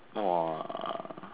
!wah!